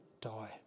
die